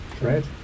Right